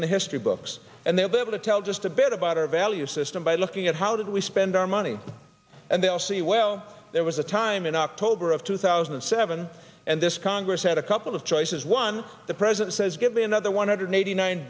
in the history books and they'll be able to tell just a bit about our value system by looking at how do we spend our money and they'll say well there was a time in october of two thousand and seven and this congress had a couple of choices one the president says give me another one hundred eighty nine